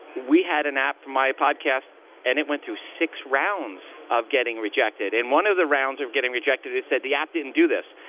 we had an app from my podcast and it went through six rounds of getting rejected. and one of the rounds of getting rejected, it said, the app didn't do this.